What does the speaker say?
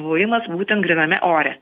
buvimas būtent gryname ore